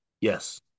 Yes